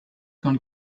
gone